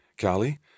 Callie